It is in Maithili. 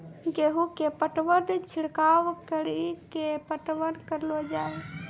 गेहूँ के पटवन छिड़काव कड़ी के पटवन करलो जाय?